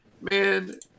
man